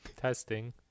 Testing